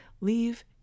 leave